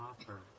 offer